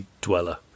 dweller